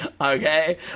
okay